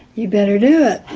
you'd better do it,